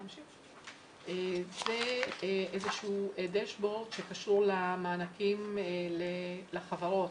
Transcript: זה איזה שהוא דש-בורד שקשור למענקים לחברות.